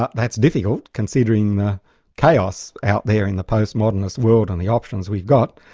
ah that's difficult, considering the chaos out there in the postmodernist world and the options we've got,